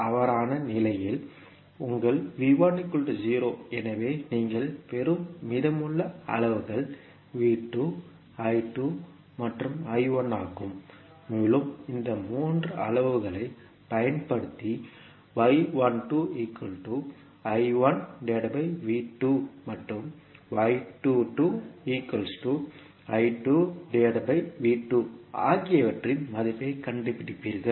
அவ்வாறான நிலையில் உங்கள் எனவே நீங்கள் பெறும் மீதமுள்ள அளவுகள் மற்றும் ஆகும் மேலும் இந்த மூன்று அளவுகளைப் பயன்படுத்தி மற்றும் ஆகியவற்றின் மதிப்பைக் கண்டுபிடிப்பீர்கள்